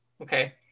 Okay